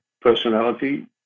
personality